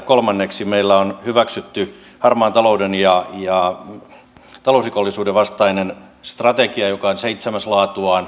kolmanneksi meillä on hyväksytty harmaan talouden ja talousrikollisuuden vastainen strategia joka on seitsemäs laatuaan